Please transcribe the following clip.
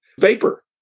vapor